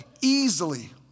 easily